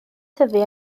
tyfu